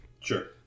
Sure